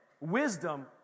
wisdom